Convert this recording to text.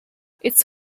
it’s